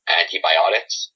antibiotics